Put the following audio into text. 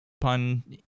pun